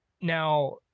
Now